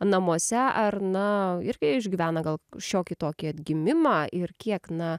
namuose ar na irgi išgyvena gal šiokį tokį atgimimą ir kiek na